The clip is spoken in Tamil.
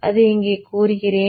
அதை இங்கே கூறுகிறேன்